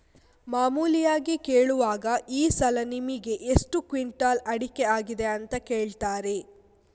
ಮಾಮೂಲಿಯಾಗಿ ಕೇಳುವಾಗ ಈ ಸಲ ನಿಮಿಗೆ ಎಷ್ಟು ಕ್ವಿಂಟಾಲ್ ಅಡಿಕೆ ಆಗಿದೆ ಅಂತ ಕೇಳ್ತಾರೆ